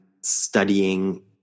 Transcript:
studying